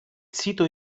sito